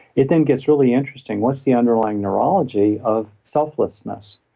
it then gets really interesting what's the underlying neurology of selflessness?